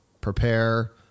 prepare